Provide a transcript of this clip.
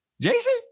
Jason